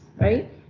right